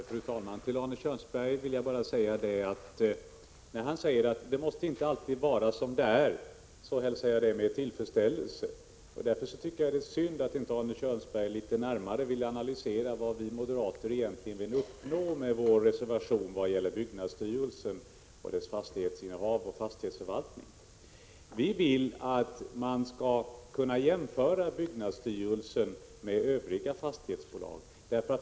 Fru talman! Arne Kjörnsberg säger att det inte alltid måste vara som det är — det hälsar jag med tillfredsställelse. Därför tycker jag att det är synd att Arne Kjörnsberg inte litet närmare vill analysera vad vi moderater egentligen vill uppnå med vår reservation när det gäller byggnadsstyrelsen, dess fastighetsinnehav och fastighetsförvaltning. Vi vill att man skall kunna jämföra byggnadsstyrelsen med övriga fastighetsbolag.